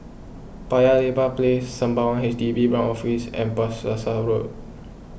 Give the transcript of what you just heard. Paya Lebar Place Sembawang H D B Branch Office and Bras Basah Road